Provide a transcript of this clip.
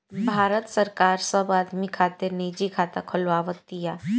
भारत सरकार सब आदमी खातिर निजी खाता खोलवाव तिया